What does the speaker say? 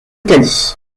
italie